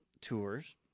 tours